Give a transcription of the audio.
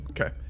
Okay